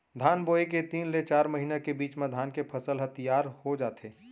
धान बोए के तीन ले चार महिना के बीच म धान के फसल ह तियार हो जाथे